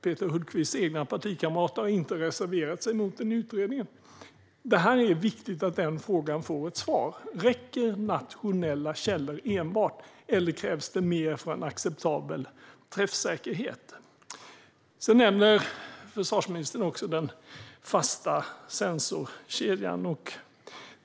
Peter Hultqvists egna partikamrater har inte reserverat sig mot den utredningen. Det är viktigt att den frågan får ett svar. Räcker nationella källor enbart, eller krävs det mer för en acceptabel träffsäkerhet? Försvarsministern nämner också den fasta sensorkedjan.